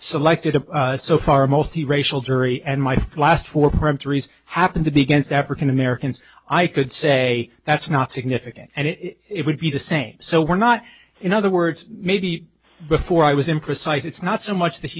selected a so far multi racial jury and my last four three happened to be against african americans i could say that's not significant and it would be the same so we're not in other words maybe before i was imprecise it's not so much that